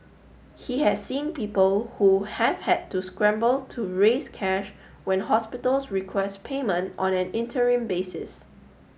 he has seen people who have had to scramble to raise cash when hospitals request payment on an interim basis